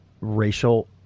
racial